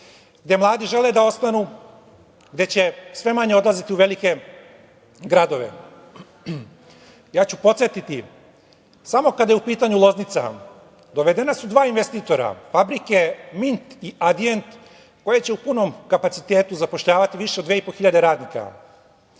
gde mladi žele da ostanu, gde će sve manje odlaziti u velike gradove. Podsetiću vas, samo kada je u pitanju Loznica, dovedena su dva investitora, fabrike „Mint“ i „Adient“, koje će u punom kapacitetu zapošljavati više od 2,5 hiljade radnika.